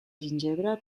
gingebre